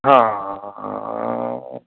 ਹਾਂ ਹਾਂ ਹਾਂ ਹਾਂ ਹਾਂ